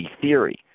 theory